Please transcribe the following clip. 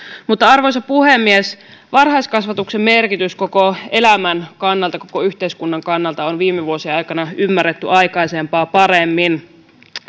arvoisa puhemies varhaiskasvatuksen merkitys koko elämän kannalta ja koko yhteiskunnan kannalta on viime vuosien aikana ymmärretty aikaisempaa paremmin